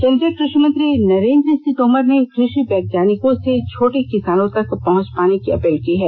केन्द्रीय कृषि मंत्री नरेन्द्र सिंह तोमर ने कृषि वैज्ञानिकों से छोटे किसानों तक पहुंच बनाने की अपील की है